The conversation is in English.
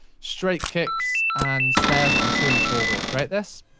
straight kicks and snares on two and four will create this.